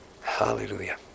Hallelujah